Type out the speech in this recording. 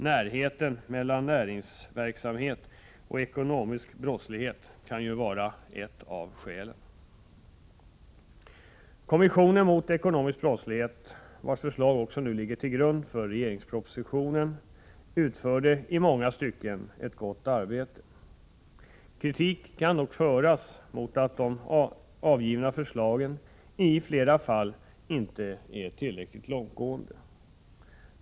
Närheten mellan näringsverksamhet och ekonomisk brottslighet kan ju vara ett av skälen. Kommissionen mot ekonomisk brottslighet, vars förslag ligger till grund för regeringspropositionen, utförde i många stycken ett gott arbete. Kritik kan dock anföras mot att de avgivna förslagen i flera fall inte är tillräckligt långtgående.